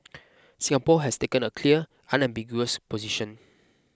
Singapore has taken a clear unambiguous position